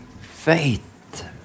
faith